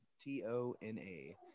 T-O-N-A